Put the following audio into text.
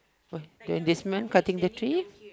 !oi! then this man cutting the tree